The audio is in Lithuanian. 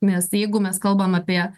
nes jeigu mes kalbam apie